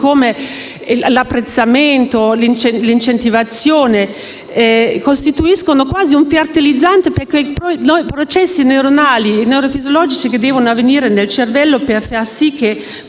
come l'apprezzamento e l'incentivazione costituiscono quasi un fertilizzante per quei processi neuronali e neurofisiologici che devono avvenire nel cervello per rendere